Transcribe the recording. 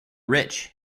rich